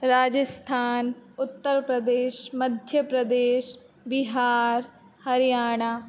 राजस्थानम् उत्तरप्रदेशः मध्यप्रदेशः बिहारः हरियाणा